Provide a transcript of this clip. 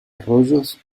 arroyos